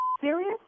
serious